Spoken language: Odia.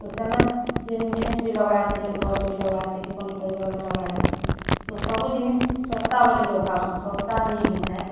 ତ ସେନେ ଯେନ୍ ଜିନିଷ୍ ବି ଲଗାହେସି ଯେନ୍ ଗଛ୍ ବି ଲଗାହେସି କି ପନିପରିବା ବି ଲଗାହେସି ତ ସବୁ ଜିନିଷ୍ ଶସ୍ତା ବୋଲି ଲୋକ୍ ଭାବସନ୍ ଶସ୍ତା ନେଇଁ ହୋଇଥାଏ